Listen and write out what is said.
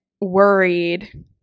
worried